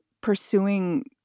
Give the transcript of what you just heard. pursuing